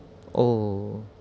oh